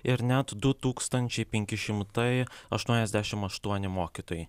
ir net du tūkstančiai penki šimtai aštuoniasdešimt aštuoni mokytojai